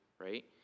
right